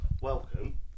Welcome